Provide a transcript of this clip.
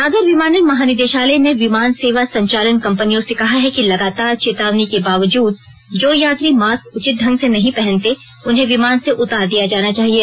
नागर विमानन महानिदेशालय ने विमान सेवा संचालन कंपनियों से कहा है कि लगातार चेतावनी के बावजूद जो यात्री मास्क उचित ढंग से नहीं पहनते उन्हें विमान से उतार दिया जाना चाहिए